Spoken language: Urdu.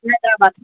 حیدرآباد